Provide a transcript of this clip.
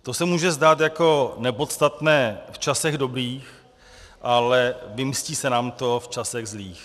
To se může zdát nepodstatné v časech dobrých, ale vymstí se nám to v časech zlých.